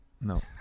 No